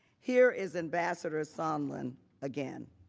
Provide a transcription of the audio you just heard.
here is ambassador sondland again.